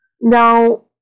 Now